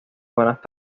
buenas